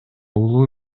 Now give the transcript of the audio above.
улуу